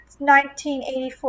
1984